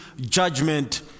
judgment